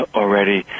already